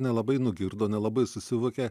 nelabai nugirdo nelabai susivokė